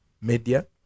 media